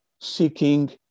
Seeking